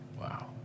Wow